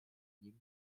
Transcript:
nim